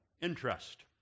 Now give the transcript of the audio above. interest